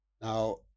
now